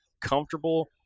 comfortable